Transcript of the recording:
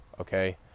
Okay